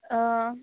অঁ